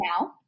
now